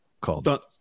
called